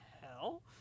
hell